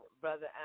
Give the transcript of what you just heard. Brother